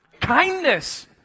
Kindness